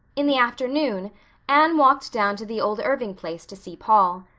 in the afternoon anne walked down to the old irving place to see paul.